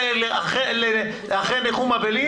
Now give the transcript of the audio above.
אחרי ניחום אבלים